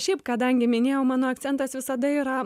šiaip kadangi minėjau mano akcentas visada yra